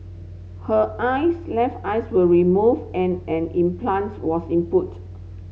her eyes left eyes were removed and an implants was in put